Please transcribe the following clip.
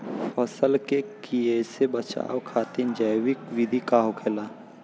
फसल के कियेसे बचाव खातिन जैविक विधि का होखेला?